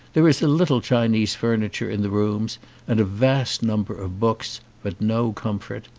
there is a little chinese furniture in the rooms and a vast number of books, but no comfort.